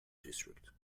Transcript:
district